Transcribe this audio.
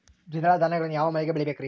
ದ್ವಿದಳ ಧಾನ್ಯಗಳನ್ನು ಯಾವ ಮಳೆಗೆ ಬೆಳಿಬೇಕ್ರಿ?